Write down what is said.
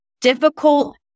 difficult